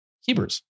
Hebrews